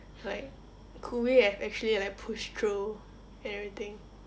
like could we have actually like pushed through and everything